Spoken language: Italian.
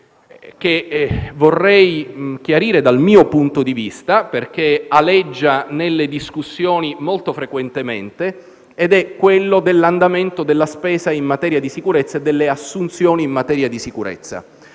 che vorrei chiarire dal mio punto di vista perché aleggia nelle discussioni molto frequentemente, ed è quello dell'andamento della spesa e delle assunzioni in materia di sicurezza.